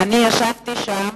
ישבתי שם